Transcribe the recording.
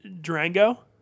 Durango